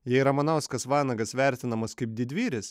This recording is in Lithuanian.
jei ramanauskas vanagas vertinamas kaip didvyris